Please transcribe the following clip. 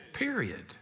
Period